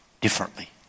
differently